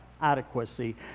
Adequacy